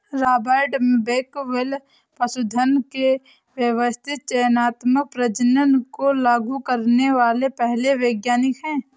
Robert Bakewell पशुधन के व्यवस्थित चयनात्मक प्रजनन को लागू करने वाले पहले वैज्ञानिक है